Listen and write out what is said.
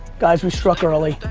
guys, we struck early.